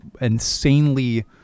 insanely